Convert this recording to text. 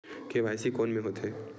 KYC कोन में होथे?